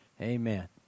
Amen